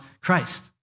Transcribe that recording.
Christ